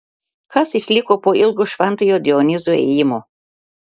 kas išliko po ilgo šventojo dionizo ėjimo